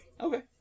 Okay